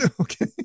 okay